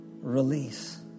Release